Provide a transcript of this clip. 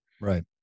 Right